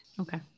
Okay